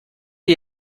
ihr